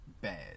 bad